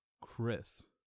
chris